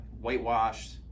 whitewashed